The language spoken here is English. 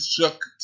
shook